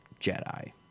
Jedi